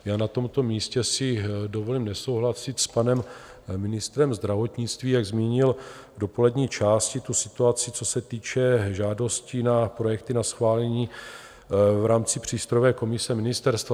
A já na tomto místě si dovolím nesouhlasit s panem ministrem zdravotnictví, jak zmínil v dopolední části tu situaci, co se týče žádostí na projekty na schválení v rámci přístrojové komise ministerstva.